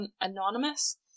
anonymous